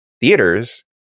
theaters